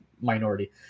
minority